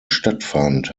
stattfand